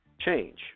change